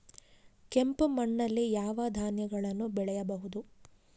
ಕೆಂಪು ಮಣ್ಣಲ್ಲಿ ಯಾವ ಧಾನ್ಯಗಳನ್ನು ಬೆಳೆಯಬಹುದು?